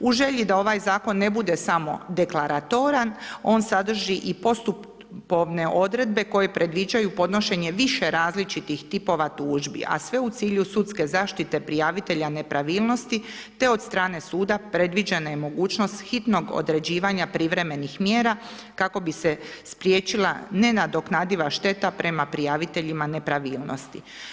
U želji da ovaj zakon ne bude samo deklaratoran on sadrži i postupovne odredbe koje predviđaju podnošenje više različitih tipova tužbi a sve u cilju sudske zaštite prijavitelja nepravilnosti te od strane suda predviđena je mogućnost hitnog određivanja privremenih mjera kako bi se spriječila nenadoknadiva šteta prema prijaviteljima nepravilnosti.